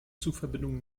zugverbindungen